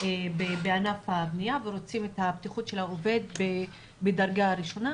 בענף הבנייה ורוצים את הבטיחות של העובדה בדרגה ראשונה,